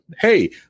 hey